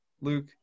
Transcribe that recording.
Luke